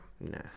Nah